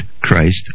christ